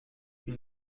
une